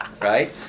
right